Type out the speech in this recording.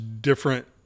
different